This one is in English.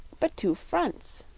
but two fronts.